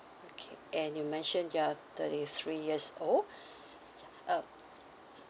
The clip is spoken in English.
okay and you mentioned you are thirty three years old uh